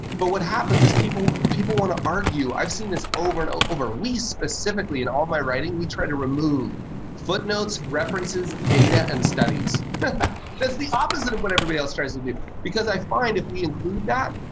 but what happens is people people want to argue. i've seen this over and over. we specifically in all my writing, we try to remove footnotes, references, data, and studies because the opposite of what everybody else tries to do because i find if we include that,